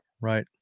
right